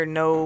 no